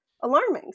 alarming